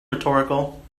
rhetorical